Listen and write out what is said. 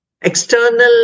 external